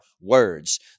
words